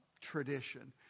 tradition